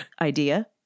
...idea